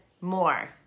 more